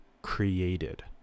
created